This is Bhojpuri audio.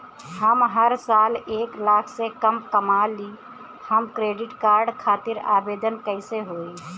हम हर साल एक लाख से कम कमाली हम क्रेडिट कार्ड खातिर आवेदन कैसे होइ?